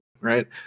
right